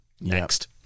Next